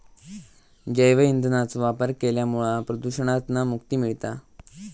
जैव ईंधनाचो वापर केल्यामुळा प्रदुषणातना मुक्ती मिळता